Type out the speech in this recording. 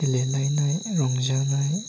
गेलेलायनाय रंजानाय